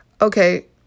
Okay